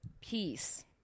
Peace